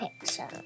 picture